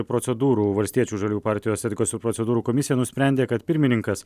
procedūrų valstiečių ir žaliųjų partijos etikos ir procedūrų komisija nusprendė kad pirmininkas